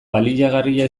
baliagarria